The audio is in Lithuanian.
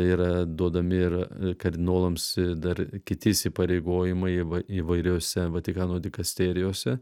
yra duodami ir kardinolams dar kiti įsipareigojimai įvairiose vatikano dikasterijose